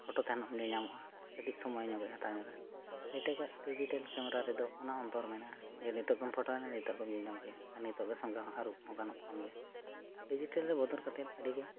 photo ᱛᱟᱦᱮᱱᱟᱚᱜ ᱧᱮᱧ ᱧᱟᱢᱚᱜᱼᱟ ᱠᱟ ᱴᱤᱡ ᱥᱚᱢᱚᱭᱮ ᱧᱚᱜᱼᱮ ᱦᱟᱛᱟᱣ ᱧᱚᱜᱟ ᱱᱤᱛᱚᱜᱟᱜ ᱰᱤᱡᱤᱴᱮᱞ ᱠᱮᱢᱮᱨᱟ ᱨᱮᱫᱚ ᱚᱱᱟ ᱚᱱᱛᱚᱨ ᱢᱮᱱᱟᱜᱼᱟ ᱡᱮ ᱱᱤᱛᱳᱜ ᱜᱮᱢ ᱯᱷᱳᱴᱳᱭᱱᱟ ᱱᱤᱛᱳᱜ ᱜᱮᱢ ᱧᱮᱧ ᱧᱟᱢ ᱠᱮᱫᱟ ᱱᱤᱛᱳᱜ ᱜᱮ ᱥᱚᱸᱜᱮ ᱦᱚᱸ ᱟᱨᱩᱵ ᱦᱚᱸ ᱜᱟᱱᱚᱜ ᱠᱟᱱ ᱜᱮᱭᱟ ᱰᱤᱡᱤᱴᱮᱞ ᱨᱮ ᱵᱚᱫᱚᱞ ᱠᱟᱛᱮᱫ ᱟ ᱰᱤᱜᱮ